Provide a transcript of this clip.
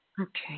Okay